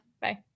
Bye